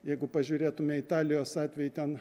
jeigu pažiūrėtume italijos atvejį ten